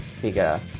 figure